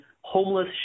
homeless